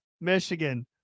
Michigan